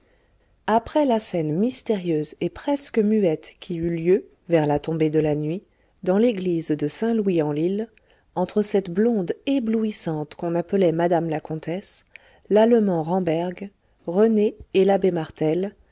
après la scène mystérieuse et presque muette qui eut lieu vers la tombée de la nuit dans l'église de saint louis en lile entre cette blonde éblouissante qu'on appelait mme la comtesse l'allemand ramberg rené et l'abbé martel